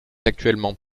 actuellement